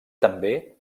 també